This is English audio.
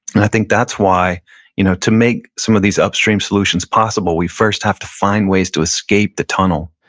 and i think that's why you know to make some of these upstream solutions possible, we first have to find ways to escape the tunnel